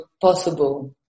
possible